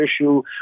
issue